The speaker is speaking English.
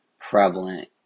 prevalent